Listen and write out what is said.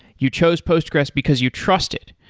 you chose postgres because you trust it.